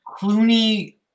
Clooney